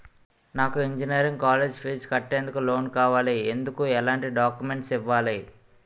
నాకు engineering college fees కట్టేందుకు loan కావాలి, ఎందుకు ఎలాంటి డాక్యుమెంట్స్ ఇవ్వాలి?